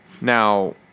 now